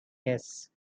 yes